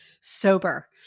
Sober